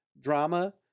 drama